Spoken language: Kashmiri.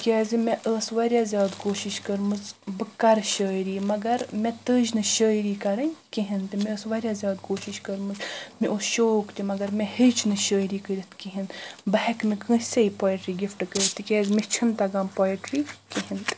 تہِ کیاز مےٚ ٲس واریاہ زیادٕ کوشش کٔرمٕژ بہٕ کرٕ شٲعری مگر مےٚ تٔج نہِ شٲعری کرٕنۍ کہینۍ تہِ مےٚ ٲس واریاہ زیادٕ کوشش کٔرمٕژ مےٚ اوس شوق تہِ مگر مےٚ ہیٚچ نہِ شٲعری کٔرتھ کہینۍ بہٕ ہیٚکہٕ نہٕ کٲنسے پوٚیٹری گفٹ کٔرتھ تہِ کیاز مےٚ چھُنہٕ تگان پوٚیٹری کہینۍ تہِ